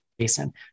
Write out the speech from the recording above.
Jason